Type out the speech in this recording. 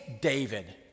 David